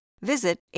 visit